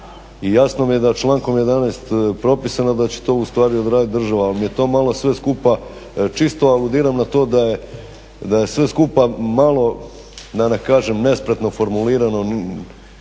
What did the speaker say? I jasno mi je da je člankom 11. propisano da će to ustvari odradit država, ali mi je to malo sve skupa, čisto aludiram na to da je sve skupa malo da ne kažem nespretno formulirano.